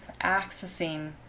accessing